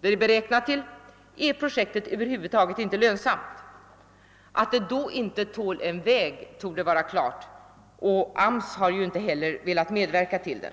med 9,4 miljoner är projektet över huvud taget inte lönsamt. Att det då inte tål en väg torde vara klart, och AMS har ju inte heller velat förorda denna väg.